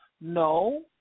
No